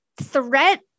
threat